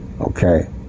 Okay